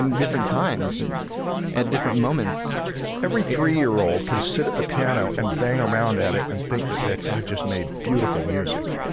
um different times and at different moments. marshall every three-year-old can sit at the piano and bang around at it and think that that so i've just made beautiful music